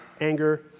anger